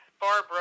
Barbara